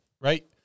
right